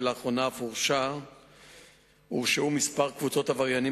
ולאחרונה אף הורשעו כמה קבוצות עבריינים